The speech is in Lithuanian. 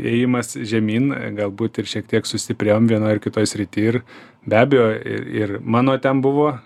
ėjimas žemyn galbūt ir šiek tiek sustiprėjom vienoj ar kitoj srity ir be abejo ir ir mano ten buvo